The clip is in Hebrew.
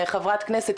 חברת כנסת,